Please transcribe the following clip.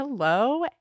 Hello